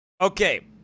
Okay